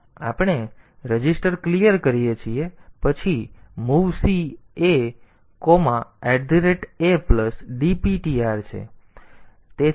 પછી આપણે register clear કરીએ છીએ પછી movc aadptr